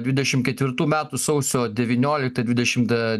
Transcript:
dvidešim ketvirtų metų sausio devynioliktą dvidešimtą